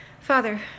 Father